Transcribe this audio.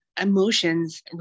emotions